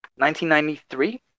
1993